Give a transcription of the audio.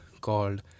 called